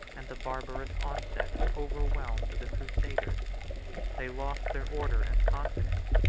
and the barbarous onset, overwhelmed the crusaders they lost their order and confidence,